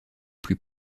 plus